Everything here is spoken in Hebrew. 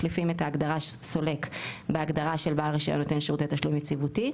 מחליפים את ההגדרה סולק בהגדרה של בעל רישיון של נותן תשלום יציבותי,